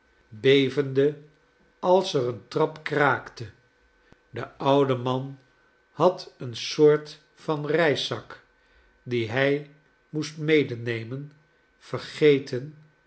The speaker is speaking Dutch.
als er een trap kraakte de oude man had eene soort van reiszak dien hij moest medenemen vergeten